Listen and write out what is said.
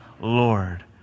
Lord